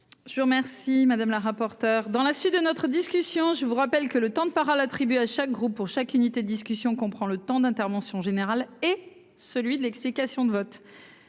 Je vous remercie madame la rapporteure dans la suite de notre discussion, je vous rappelle que le temps de parole attribués à chaque groupe pour chaque unité discussions qu'on prend le temps d'intervention général et celui de l'explication de vote